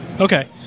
okay